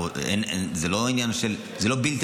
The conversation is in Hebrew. זה לא בלתי